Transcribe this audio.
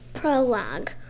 prologue